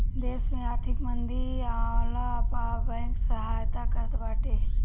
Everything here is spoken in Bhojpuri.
देस में आर्थिक मंदी आवला पअ बैंक सहायता करत बाटे